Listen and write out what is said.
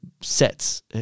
sets